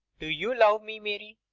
do you love me, mary?